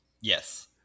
Yes